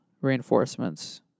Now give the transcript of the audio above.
reinforcements